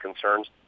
concerns